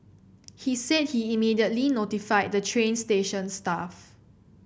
he said he immediately notified the train station staff